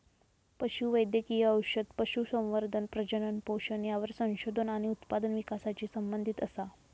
पशु वैद्यकिय औषध, पशुसंवर्धन, प्रजनन, पोषण यावर संशोधन आणि उत्पादन विकासाशी संबंधीत असा